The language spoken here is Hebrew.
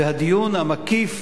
והדיון המקיף